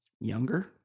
Younger